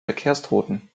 verkehrstoten